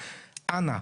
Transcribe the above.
אנא,